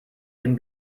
den